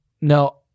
No